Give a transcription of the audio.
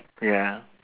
ya